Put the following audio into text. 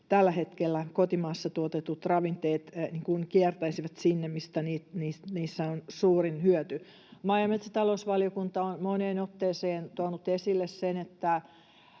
tällä hetkellä kotimaassa tuotetut ravinteet kiertäisivät sinne, missä niistä on suurin hyöty. Maa- ja metsätalousvaliokunta on moneen otteeseen tuonut esille, että